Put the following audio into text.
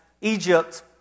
Egypt